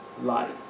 life